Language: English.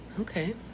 okay